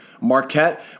marquette